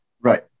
Right